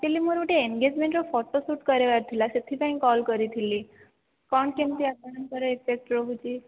actually ମୋର ଗୋଟେ ଏନଗେଜମେଣ୍ଟର ଫଟୋ ସୁଟ କରାଇବାର ଥିଲା ସେଥିପାଇଁ କଲ କରିଥିଲି କ'ଣ କେମିତି ଆପଣଙ୍କର ଏକଜାଟ ରହୁଛି